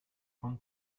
von